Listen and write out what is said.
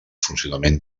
funcionament